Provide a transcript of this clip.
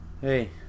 Hey